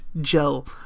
gel